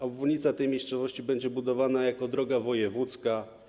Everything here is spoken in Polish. Obwodnica tej miejscowości będzie budowana jako droga wojewódzka.